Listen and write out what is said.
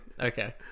Okay